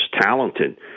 talented